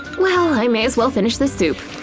well, i may as well finish this soup!